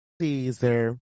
Caesar